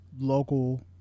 local